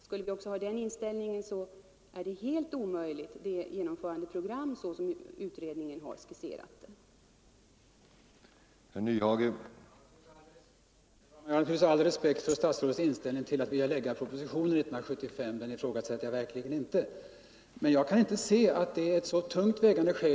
Skulle vi göra det, så blir det genomförandeprogram som utredningen skisserat helt omöjligt.